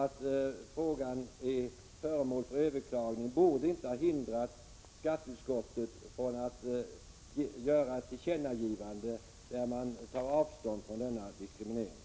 Att frågan är föremål för överklagning borde inte ha hindrat skatteutskottet från att göra ett tillkännagivande i vilket man tar avstånd från denna diskriminering.